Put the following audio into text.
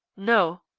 no.